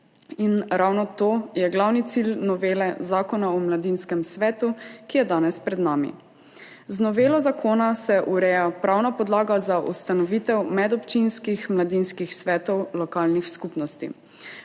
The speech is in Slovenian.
Ravno to je glavni cilj novele Zakona o mladinskih svetih, ki je danes pred nami. Z novelo zakona se ureja pravna podlaga za ustanovitev medobčinskih mladinskih svetov lokalnih skupnosti.